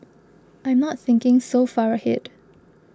I'm not thinking so far ahead